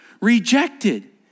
rejected